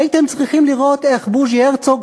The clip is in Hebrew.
הייתם צריכים לראות איך בוז'י הרצוג,